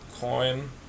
Coin